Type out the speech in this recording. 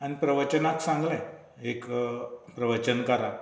आनी प्रवचनाक सांगलें एक प्रवचनकारान